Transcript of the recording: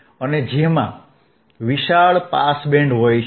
અને જેમાં વિશાળ પાસ બેન્ડ હોય છે